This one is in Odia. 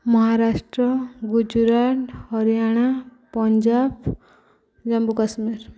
ମହାରାଷ୍ଟ୍ର ଗୁଜୁରାଟ ହରିୟାଣା ପଞ୍ଜାବ ଜମ୍ମୁକାଶ୍ମୀର